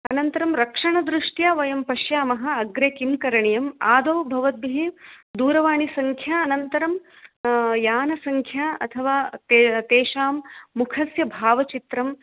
अनन्तरं रक्षणदृष्ट्या वयं पश्यामः अग्रे किं करणीयम् आदौ भवद्भिः दूरवाणीसङ्ख्या अनन्तरं यानसङ्ख्या अथवा तेषां मुखस्य भावचित्रं